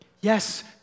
Yes